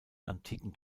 antiken